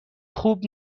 خوب